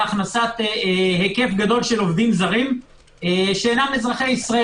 הכנסת היקף גדול של עובדים זרים שאינם אזרחי ישראל.